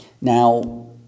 Now